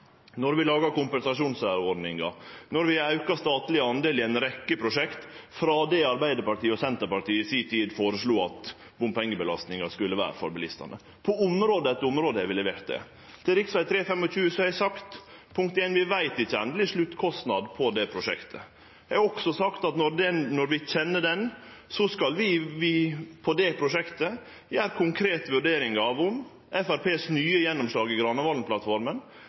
vi laga kompensasjonsordninga, då vi auka den statlege delen i ei rekkje prosjekt, frå det som Arbeidarpartiet og Senterpartiet i si tid forslo at bompengebelastinga skulle vere for bilistane. På område etter område har vi levert. Til spørsmålet om rv. 3 og rv. 25: Eg har sagt at vi ikkje veit den endelege sluttkostnaden for det prosjektet. Eg har også sagt at når vi kjenner han, skal vi i det prosjektet gjere konkrete vurderingar av om Framstegspartiet sitt nye